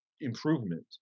improvement